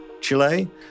Chile